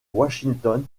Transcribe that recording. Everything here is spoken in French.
washington